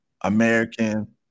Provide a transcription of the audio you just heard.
American